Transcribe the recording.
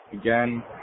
again